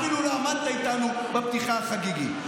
אפילו לא עמדת איתנו בפתיחה החגיגית.